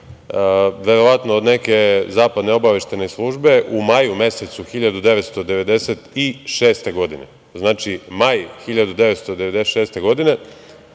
verovatno od neke zapadne obaveštajne službe, u maju mesecu 1996. godine. Znači, maj 1996. godine.